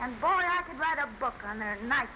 and not